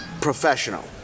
professional